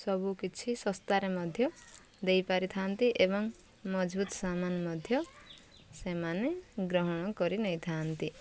ସବୁକିଛି ଶସ୍ତାରେ ମଧ୍ୟ ଦେଇପାରିଥାନ୍ତି ଏବଂ ମଜବୁତ ସାମାନ ମଧ୍ୟ ସେମାନେ ଗ୍ରହଣ କରି ନେଇଥାନ୍ତି